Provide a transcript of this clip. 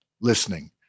listening